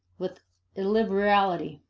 with illiberality.